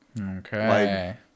Okay